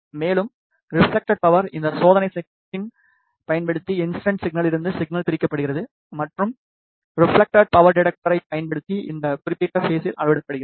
மேலும் reflected power இந்த சோதனை செட்டின் பயன்படுத்தி இன்சிடென்ட் சிக்னலிலிருந்து பிரிக்கப்படுகிறது மற்றும் ரெப்ளக்ட்டேட் பவர் டிடெக்டரைப் பயன்படுத்தி இந்த குறிப்பிட்ட பேஸில் அளவிடப்படுகிறது